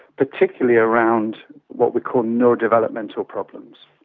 particularly around what we call neurodevelopmental problems.